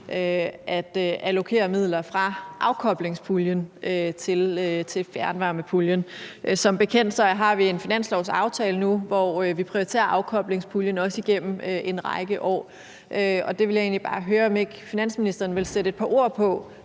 at allokere midler fra afkoblingspuljen til fjernvarmepuljen. Som bekendt har vi jo en finanslovsaftale nu, hvor vi prioriterer afkoblingspuljen, også igennem en række år. Og jeg vil egentlig bare høre, om ikke finansministeren vil sætte et par ord på,